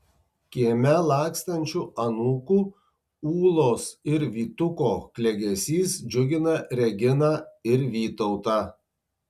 kieme lakstančių anūkų ūlos ir vytuko klegesys džiugina reginą ir vytautą